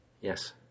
Yes